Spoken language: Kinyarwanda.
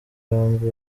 yombi